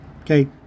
Okay